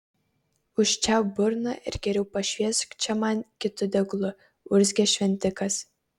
užčiaupk burną ir geriau pašviesk čia man kitu deglu urzgė šventikas